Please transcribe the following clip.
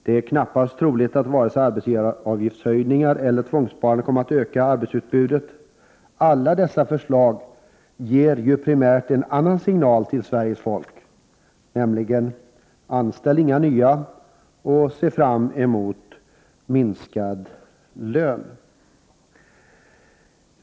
Det är knappast troligt att vare sig höjningar av arbetsgivaravgifterna eller tvångssparande kommer att öka arbetskraftsutbudet. Alla dessa förslag ger ju primärt en annan signal till Sveriges folk, nämligen: anställinga nya och se fram emot minskad lön!